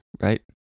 right